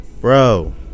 bro